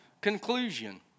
conclusion